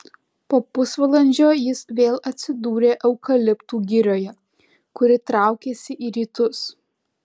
po pusvalandžio jis vėl atsidūrė eukaliptų girioje kuri traukėsi į rytus